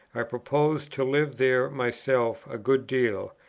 i purpose to live there myself a good deal,